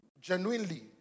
genuinely